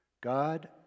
God